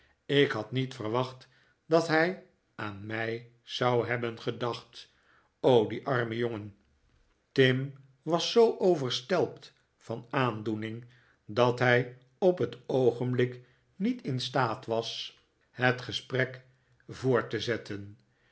ik had niet verwacht dat hij aan mij zou hebben gedacht och die arme jongen tim was zoo overstelpt van aandoening dat hij op het oogenblik niet in staat was het gesprek voort te zetten